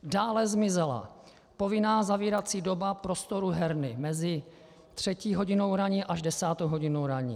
Dále zmizela povinná zavírací doba prostoru herny mezi třetí hodinou ranní až desátou hodinou ranní.